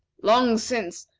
long since,